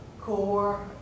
core